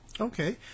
Okay